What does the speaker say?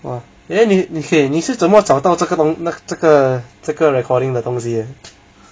!wah! then 你你 okay 你是怎么找到这个东那这个 recording 的东西的